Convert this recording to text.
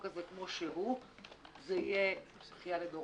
הזה כמו שהוא זו תהיה בכייה לדורות,